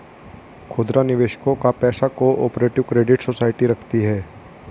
खुदरा निवेशकों का पैसा को ऑपरेटिव क्रेडिट सोसाइटी रखती है